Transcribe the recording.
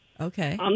okay